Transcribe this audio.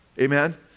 Amen